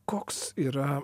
koks yra